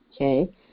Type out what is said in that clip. Okay